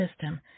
system